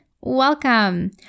welcome